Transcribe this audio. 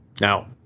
Now